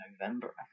november